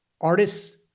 artists